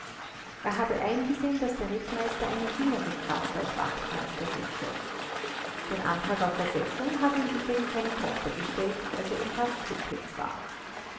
er habe eingesehen daß der rittmeister eine jüngere kraft als wachtmeister wünsche den antrag auf versetzung habe im übrigen seine tochter gestellt als er in bad teplitz war